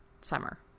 summer